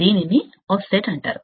దీనిని ఆఫ్సెట్ అంటారు